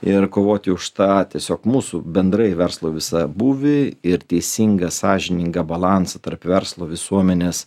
ir kovoti už tą tiesiog mūsų bendrai verslo visą būvį ir teisingą sąžiningą balansą tarp verslo visuomenės